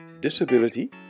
disability